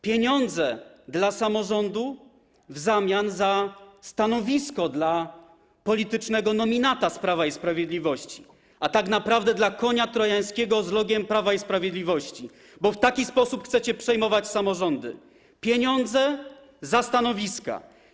Pieniądze dla samorządu w zamian za stanowisko dla politycznego nominata z Prawa i Sprawiedliwości, a tak naprawdę dla konia trojańskiego z logo Prawa i Sprawiedliwości, bo w taki sposób chcecie przejmować samorządy - pieniądze za stanowiska.